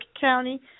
County